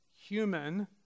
human